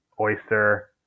oyster